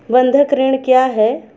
बंधक ऋण क्या है?